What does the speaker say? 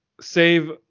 save